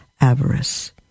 avarice